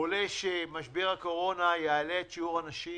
משבר הקורונה יעלה את שיעור הנשים